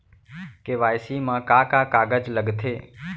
KYC मा का का कागज लगथे?